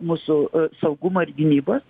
mūsų saugumo ir gynybos